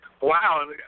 Wow